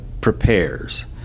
prepares